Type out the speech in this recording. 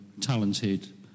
talented